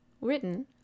written